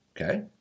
okay